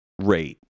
rate